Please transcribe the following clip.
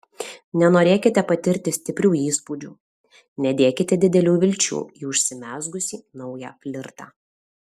nenorėkite patirti stiprių įspūdžių nedėkite didelių vilčių į užsimezgusį naują flirtą